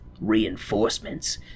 reinforcements